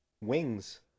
Wings